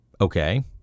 okay